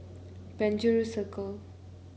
Penjuru Circle